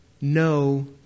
no